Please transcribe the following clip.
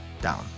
down